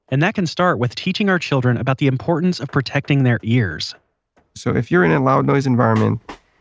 and that can start with teaching our children about the importance of protecting their ears so if you're in a loud noise environment,